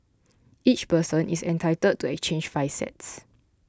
each person is entitled to exchange five sets